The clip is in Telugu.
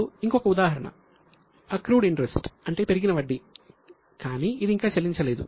అప్పుడు ఇంకొక ఉదాహరణ అక్రూడ్ ఇంట్రెస్ట్ అంటే పెరిగిన వడ్డీ కాని అది ఇంకా చెల్లించలేదు